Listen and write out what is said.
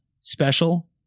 special